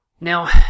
Now